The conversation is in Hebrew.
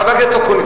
חבר הכנסת אקוניס,